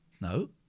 no